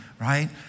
right